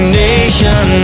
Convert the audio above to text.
nation